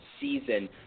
season